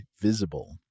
Visible